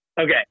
Okay